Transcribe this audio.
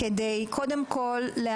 קודם כל,